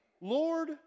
Lord